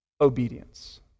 obedience